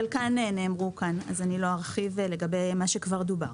חלקן נאמרו כאן אז אני לא ארחיב לגבי מה שכבר דובר.